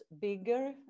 bigger